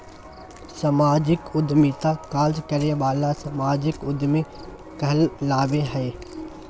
सामाजिक उद्यमिता कार्य करे वाला सामाजिक उद्यमी कहलाबो हइ